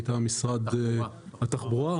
מטעם משרד התחבורה,